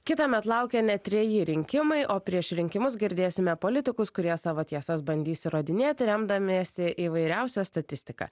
kitąmet laukia net treji rinkimai o prieš rinkimus girdėsime politikus kurie savo tiesas bandys įrodinėti remdamiesi įvairiausia statistika